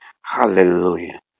Hallelujah